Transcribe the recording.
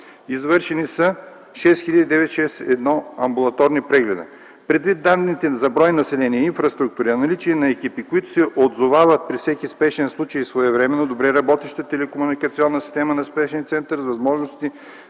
Извършени са 6961 амбулаторни прегледа. Предвид данните за брой население, инфраструктура, наличие на екипи, които се отзовават при всеки спешен случай своевременно, добре работеща телекомуникационна система на спешния център с възможности